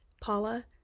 Paula